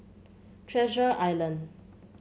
Treasure Island